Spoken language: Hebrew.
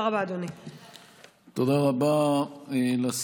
תודה רבה, אדוני.